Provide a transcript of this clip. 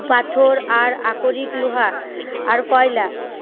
পাথর আর আকরিক লোহা আর কয়লা